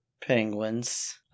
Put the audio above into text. penguins